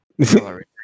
Sorry